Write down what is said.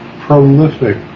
Prolific